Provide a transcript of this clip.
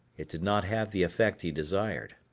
it did not have the effect he desired.